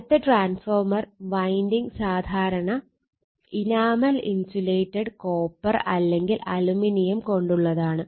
അടുത്ത transformer winding സാധാരണ enamel insulated copper അല്ലെങ്കിൽ അലുമിനിയം കൊണ്ടുള്ളതാണ്